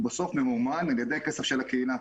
בסוף הוא ממומן על ידי כסף של הקהילה.